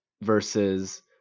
versus